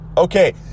Okay